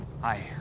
Hi